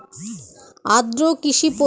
আদ্র কৃষি পদ্ধতিতে কোন কোন ফসলের চাষ করা হয়?